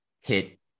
hit